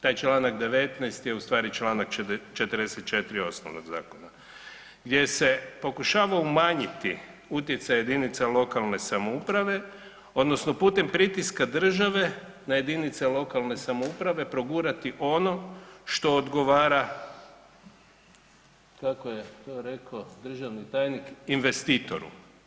Taj čl. 19. je ustvari čl. 44. osnovnog zakona gdje se pokušava umanjiti utjecaj jedinica lokalne samouprave odnosno putem pritiska države na jedinice lokalne samouprave progurati ono što odgovara kako je to rekao državni tajnik, investitoru.